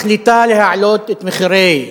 מחליטה להעלות את מחירי הדלק,